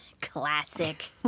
Classic